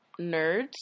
nerds